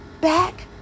back